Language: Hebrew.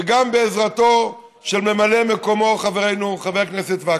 גם בעזרתו של ממלא מקומו חברנו חבר הכנסת וקנין.